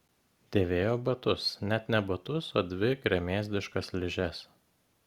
dėvėjo batus net ne batus o dvi gremėzdiškas ližes